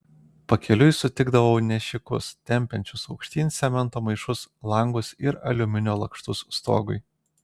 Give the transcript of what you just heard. pakeliui sutikdavau nešikus tempiančius aukštyn cemento maišus langus ir aliuminio lakštus stogui